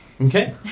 Okay